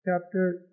chapter